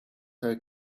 her